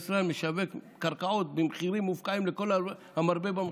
ישראל משווק קרקעות במחירים מופקעים לכל המרבה במחיר.